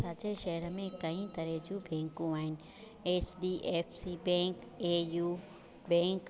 असांजे शहर में कई तरह जी बैंकू आहिनि H D F C bank A U bank